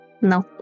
No